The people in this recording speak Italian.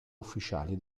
ufficiali